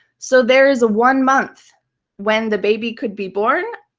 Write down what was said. so there is one month when the baby could be born.